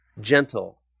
gentle